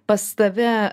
pas tave